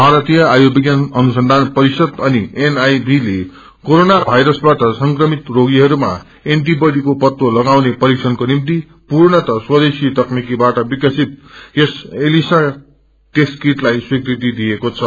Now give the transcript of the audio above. भारतीय आयुंविज्ञान अनुसन्धान परिषद अनि एनआईभी ले कोरोना वासयरसबाट संक्रमित रोगीहरूमा एण्टी बडीको पत्तो लगाउने परीक्षणको निति पूर्णतः स्वदेशी तकनीकिबाट विकसित यस एलिसा टेस्ट किटलाई स्वीकृति दिएको छ